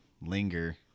linger